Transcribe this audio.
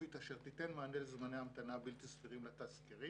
אופרטיבית אשר תיתן מענה לזמני המתנה בלתי סבירים לתסקירים.